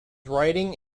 writing